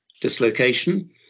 dislocation